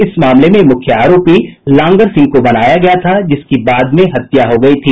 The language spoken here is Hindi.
इस मामले में मुख्य आरोपी लांगड़ सिंह को बनाया गया था जिसकी बाद में हत्या हो गयी थी